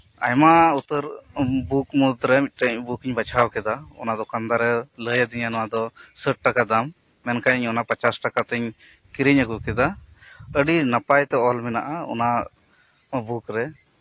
ᱟᱭᱢᱟ ᱩᱛᱟᱹᱨ ᱵᱩᱠ ᱢᱩᱫ ᱨᱮ ᱢᱤᱫᱴᱮᱡ ᱵᱩᱠ ᱤᱧ ᱵᱟᱪᱷᱟᱣ ᱠᱮᱫᱟ ᱚᱱᱟ ᱫᱚᱠᱟᱱᱫᱟᱨᱮ ᱞᱟᱹᱭ ᱟᱫᱤᱧᱟ ᱱᱚᱶᱟᱫᱚ ᱥᱟᱴ ᱴᱟᱠᱟ ᱫᱟᱢ ᱢᱮᱱᱠᱷᱟᱱ ᱤᱧ ᱚᱱᱟ ᱯᱚᱸᱪᱟᱥ ᱴᱟᱠᱟ ᱛᱮᱧ ᱠᱤᱨᱤᱧ ᱟᱹᱜᱩ ᱠᱮᱫᱟ ᱟᱹᱰᱤ ᱱᱟᱯᱟᱭ ᱛᱮ ᱚᱞ ᱢᱮᱱᱟᱜᱼᱟ ᱚᱱᱟ ᱵᱩᱠ ᱨᱮ